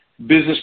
business